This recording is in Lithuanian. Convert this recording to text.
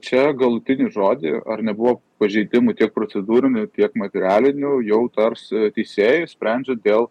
čia galutinį žodį ar nebuvo pažeidimų tiek procedūrinių tiek materialinių jau tars teisėjai sprendžia dėl